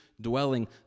dwelling